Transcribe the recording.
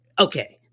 okay